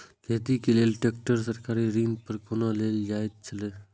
खेती के लेल ट्रेक्टर सरकारी ऋण पर कोना लेल जायत छल?